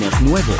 nuevos